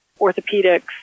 orthopedics